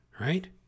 right